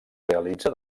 realitza